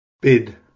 bid